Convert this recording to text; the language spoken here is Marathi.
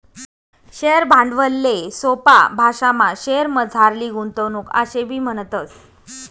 शेअर भांडवलले सोपा भाशामा शेअरमझारली गुंतवणूक आशेबी म्हणतस